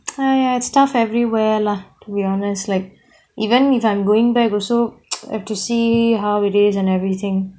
!aiya! it's tough everywhere lah to be honest like even if I'm going back also have to see how it is and everything